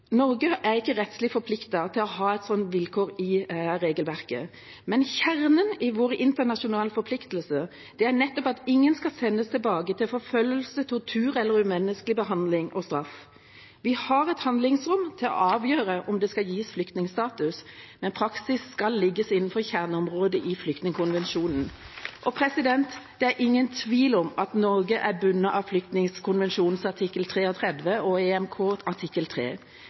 Norge er ikke rettslig forpliktet til å ha et slikt vilkår i regelverket, men kjernen i våre internasjonale forpliktelser er nettopp at ingen skal sendes tilbake til forfølgelse, tortur eller umenneskelig behandling og straff. Vi har handlingsrom til å avgjøre om det skal gis flyktningstatus, men praksis skal ligge innenfor kjerneområdet i flyktningkonvensjonen. Det er ingen tvil om at Norge er bundet av flyktningkonvensjonens artikkel 33 og av EMK artikkel